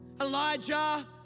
Elijah